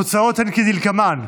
התוצאות הן כדלקמן: